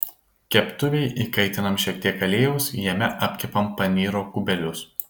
keptuvėj įkaitinam šiek tiek aliejaus jame apkepam panyro kubelius